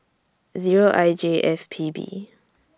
Zero I J F P B